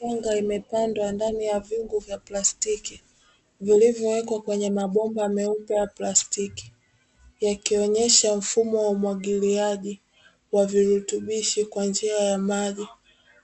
Yanga imepandwa ndani ya vyungu vya plastiki vilivyowekwa kwenye mabomba meupe ya plastiki, yakionyesha mfumo wa umwagiliaji wa virutubishi kwa njia ya maji